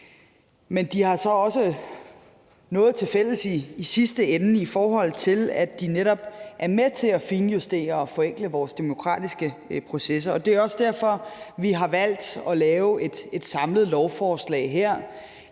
men de har så også noget tilfælles i sidste ende, da de netop er med til at finjustere og forenkle vores demokratiske processer. Det er også derfor, vi har valgt at lave et samlet lovforslag her.